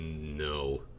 No